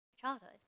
childhood